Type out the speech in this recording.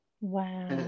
wow